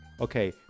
Okay